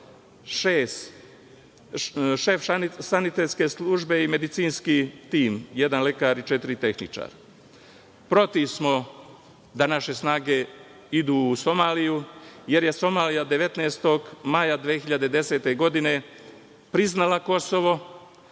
šef sanitetske službe i medicinski tim, jedan lekar i četiri tehničara. Protiv smo da naše snage idu u Somaliju, jer je Somalija 19. maja 2010. godine priznala Kosovo,